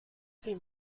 sie